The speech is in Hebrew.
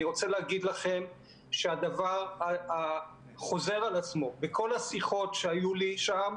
אני רוצה להגיד לכם שהדבר חוזר על עצמו בכל השיחות שהיו לי שם,